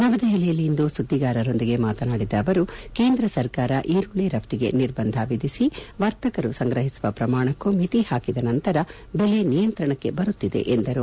ನವದೆಹಲಿಯಲ್ಲಿಂದು ಸುದ್ಗಿಗಾರರೊಂದಿಗೆ ಮಾತನಾಡಿದ ಅವರು ಕೇಂದ್ರ ಸರ್ಕಾರ ಈರುಳ್ದಿ ರಫ್ಟಿಗೆ ನಿರ್ಬಂಧ ವಿಧಿಸಿ ವರ್ತಕರು ಸಂಗ್ರಹಿಸುವ ಪ್ರಮಾಣಕ್ಕೂ ಮಿತಿ ಹಾಕಿದ ನಂತರ ಬೆಲೆ ನಿಯಂತ್ರಣಕ್ಕೆ ಬರುತ್ತಿದೆ ಎಂದರು